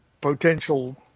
potential